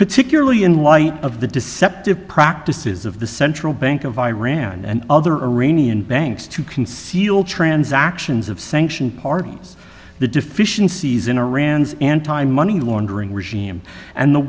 particularly in light of the deceptive practices of the central bank of iran and other rainy and banks to conceal transactions of sanctioned parties the deficiencies in iran's anti money laundering regime and the